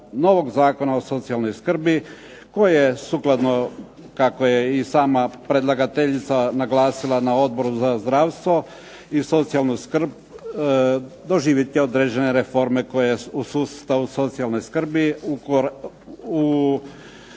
novog Zakona o socijalnoj skrbi koji je sukladno kako je i sama predlagateljica naglasila na Odboru za zdravstvo o socijalnu skrb doživjeti određene reforme koje u sustavu socijalne skrbi u